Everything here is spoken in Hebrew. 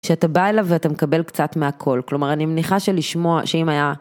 כשאתה בא אליו ואתה מקבל קצת מהקול, כלומר אני מניחה שלשמוע שאם היה.